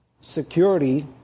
security